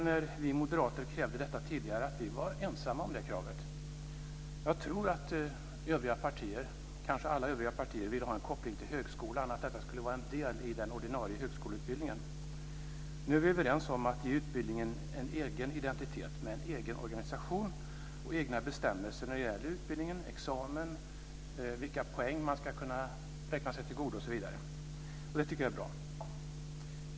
När vi moderater krävde detta tidigare var vi ensamma om det kravet. Jag tror att övriga, kanske alla, partier vill ha en koppling till högskolan och att detta skulle vara en del i den ordinarie högskoleutbildningen. Nu är vi överens om att ge utbildningen en egen identitet med en egen organisation och egna bestämmelser när det gäller utbildningen, examen, vilka poäng man ska kunna tillgodoräkna sig osv. Det tycker jag är bra.